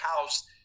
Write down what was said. house